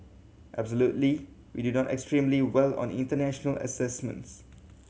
absolutely we do extremely well on international assessments